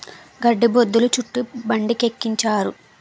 గడ్డి బొద్ధులు చుట్టి బండికెక్కించారు